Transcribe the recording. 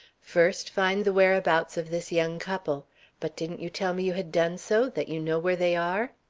first, find the whereabouts of this young couple but didn't you tell me you had done so that you know where they are?